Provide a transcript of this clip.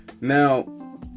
now